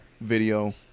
video